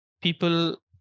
people